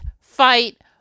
fight